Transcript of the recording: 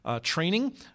training